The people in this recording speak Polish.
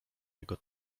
jego